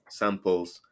samples